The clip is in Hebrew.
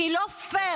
כי לא פייר,